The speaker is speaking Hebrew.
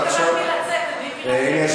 לא התכוונתי לצאת, אני הייתי